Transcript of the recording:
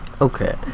Okay